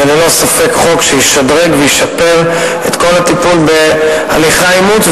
זה ללא ספק חוק שישדרג וישפר את כל הטיפול בהליכי האימוץ,